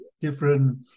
different